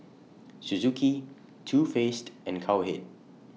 Suzuki Too Faced and Cowhead